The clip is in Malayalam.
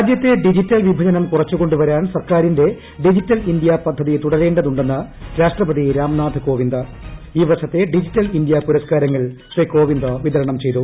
രാജ്യത്തെ ഡിജിറ്റൽ വിഭജനം ്കുറച്ചു കൊണ്ടുവരാൻ സർക്കാരിന്റെ ഡിജിറ്റൽ ഇന്ത്യ പ്ദ്ധതി തുടരേണ്ടതുണ്ടെന്ന് രാഷ്ട്രപതി രാം നാഥ് ക്കോപ്പിന്ദ് ഈ വർഷത്തെ ഡിജിറ്റൽ ഇന്ത്യ പുരസ്ക്കാരങ്ങൾ ശ്രീ കോവിന്ദ് വിതരണം ചെയ്തു